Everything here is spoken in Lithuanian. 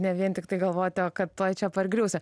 ne vien tiktai galvoti o kad tuoj čia pargriūsi